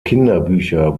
kinderbücher